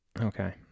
Okay